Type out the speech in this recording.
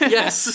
Yes